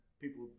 people